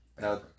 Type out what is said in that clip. Now